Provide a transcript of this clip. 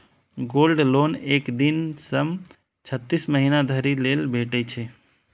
gold loan एक दिन सं छत्तीस महीना धरि लेल भेटै छै